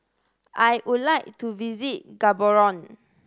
I would like to visit Gaborone